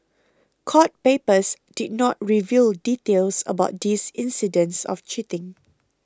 court papers did not reveal details about these incidents of cheating